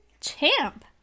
champ